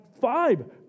five